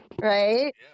Right